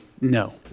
No